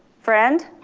friend.